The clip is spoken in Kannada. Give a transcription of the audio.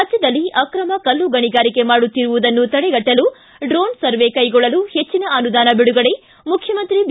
ರಾಜ್ಯದಲ್ಲಿ ಆಕ್ರಮ ಕಲ್ಲು ಗಣಿಗಾರಿಗೆ ಮಾಡುತ್ತಿರುವುದನ್ನು ತಡೆಗಟ್ಟಲು ಡ್ರೋನ್ ಸರ್ವೆ ಕೈಗೊಳ್ಳಲು ಹೆಚ್ಚಿನ ಅನುದಾನ ಬಿಡುಗಡೆ ಮುಖ್ಯಮಂತ್ರಿ ಬಿ